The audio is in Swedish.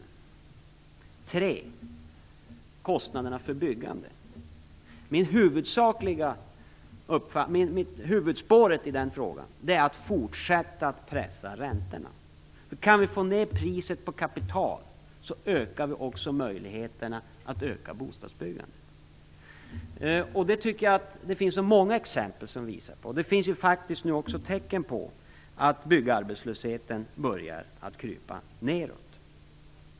Den tredje frågan gällde kostnaderna för byggande. Huvudspåret är att vi skall fortsätta att pressa räntorna. Om vi kan få ned priset på kapital förbättras också möjligheterna att öka bostadsbyggandet. Det finns många exempel som visar på det. Det finns också tecken på att byggarbetslösheten börjar krypa nedåt.